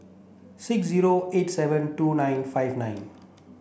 six zero eight seven two nine five nine